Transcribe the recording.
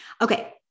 Okay